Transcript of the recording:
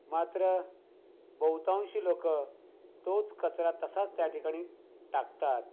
मात्र बहुतांशी लोक तोच कचरा तसाच त्या ठिकाणी टाकतात